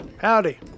Howdy